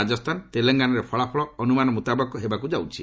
ରାଜସ୍ଥାନ ତେଲଙ୍ଗାନାରେ ଫଳାଫଳ ଅନୁମାନ ମୁତାବକ ହେବାକୁ ଯାଉଛି